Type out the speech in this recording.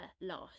last